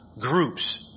groups